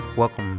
welcome